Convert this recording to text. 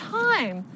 time